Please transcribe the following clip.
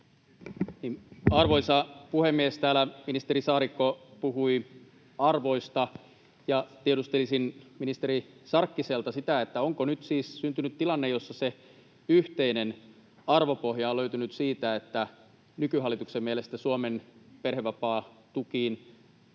Arvoisa puhemies! Täällä ministeri Saarikko puhui arvoista, ja tiedustelisin ministeri Sarkkiselta sitä, onko nyt siis syntynyt tilanne, jossa se yhteinen arvopohja on löytynyt siitä, että nykyhallituksen mielestä Suomen perhevapaatukiin